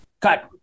cut